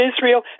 Israel